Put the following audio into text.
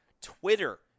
Twitter